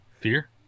Fear